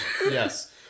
Yes